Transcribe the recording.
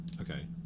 okay